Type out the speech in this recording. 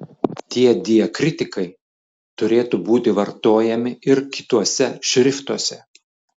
tie diakritikai turėtų būti vartojami ir kituose šriftuose